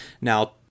Now